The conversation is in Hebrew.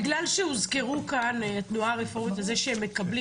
בגלל שהוזכרה כאן התנועה הרפורמית על זה שהם מקבלים